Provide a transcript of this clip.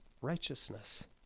righteousness